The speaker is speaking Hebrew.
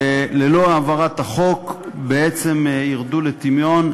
שללא העברת החוק בעצם ירדו לטמיון.